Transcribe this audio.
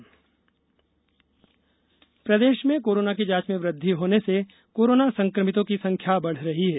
corona प्रदेश प्रदेश में कोरोना की जांच में वृद्धि होने से कोरोना संक्रमितों की संख्या बढ़ रही है